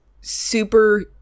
super